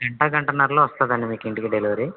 గంట గంటన్నరలో వస్తుంది అండి మీకింటికి డెలివరీ